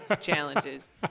challenges